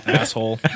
asshole